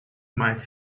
might